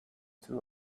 too